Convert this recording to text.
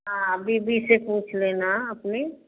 हाँ बीबी से पूछ लेना अपनी